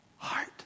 Heart